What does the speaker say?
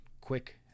quick